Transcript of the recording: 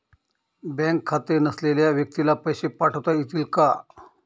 Bank खाते नसलेल्या व्यक्तीला पैसे पाठवता येतील का?